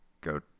Go